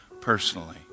personally